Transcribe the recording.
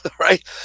right